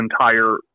entire